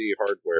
hardware